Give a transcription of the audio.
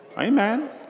Amen